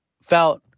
felt